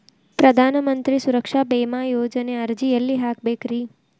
ಪ್ರಧಾನ ಮಂತ್ರಿ ಸುರಕ್ಷಾ ಭೇಮಾ ಯೋಜನೆ ಅರ್ಜಿ ಎಲ್ಲಿ ಹಾಕಬೇಕ್ರಿ?